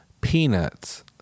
peanuts